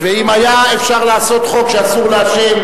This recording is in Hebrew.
ואם היה אפשר לעשות חוק שאסור לעשן,